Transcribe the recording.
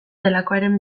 delakoaren